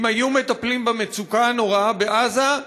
שאם היו מטפלים במצוקה הנוראה בעזה,